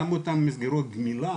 גם אותן מסגרות הגמילה